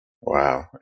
Wow